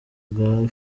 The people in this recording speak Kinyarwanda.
bwa